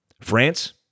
France